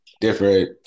different